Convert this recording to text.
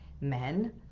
men